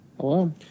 Hello